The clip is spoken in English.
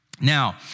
Now